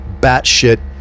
batshit